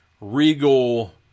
regal